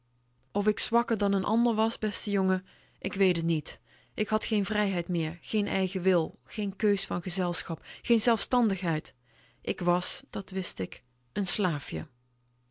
of ik zwakker dan n ander was beste jongen ik weet t niet ik had geen vrijheid meer geen eigen wil geen keus van gezelschap geen zelfstandigheid ik was dat wist ik n slaafje